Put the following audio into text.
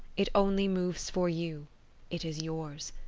it only moves for you it is yours.